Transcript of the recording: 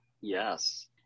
Yes